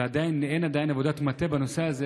ועדיין אין עבודת מטה בנושא הזה,